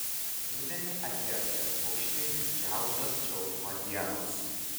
rudenį atėjo šermukšniui didžiausios džiaugsmo dienos